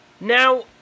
Now